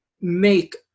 make